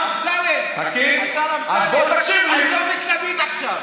השר אמסלם, עזוב את לפיד עכשיו.